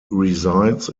resides